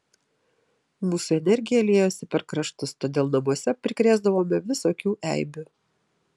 mūsų energija liejosi per kraštus todėl namuose prikrėsdavome visokių eibių